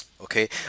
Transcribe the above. Okay